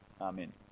amen